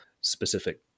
specific